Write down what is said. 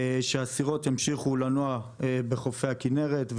שהסירות ימשיכו לנוע בחופי הכנרת.